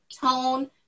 tone